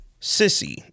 Sissy